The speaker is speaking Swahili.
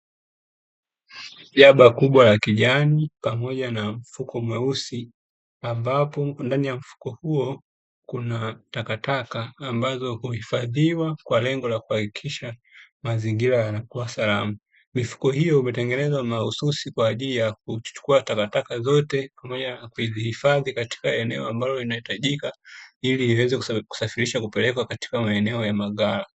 Jaba kubwa la kijani pamoja na mfuko mweusi, ambapo ndani ya mfuko huo kuna takataka ambazo huhifadhiwa kwa lengo la kuhakikisha mazingira yanakuwa salama. Mifuko hiyo imetengenezwa mahususi kwa ajili ya kuchukua takataka zote, pamoja na kuzihifadhi katika eneo ambalo linahitajika, ili iweze kusafirishwa kupelekwa katika maeneo ya maghala.